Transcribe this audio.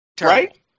Right